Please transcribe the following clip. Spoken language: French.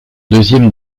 deuxième